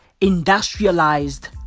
industrialized